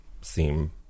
seem